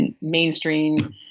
mainstream